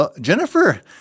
Jennifer